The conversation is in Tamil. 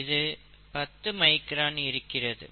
இது பத்து மைக்ரான் இருக்கிறது